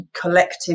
collective